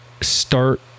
start